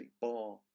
bar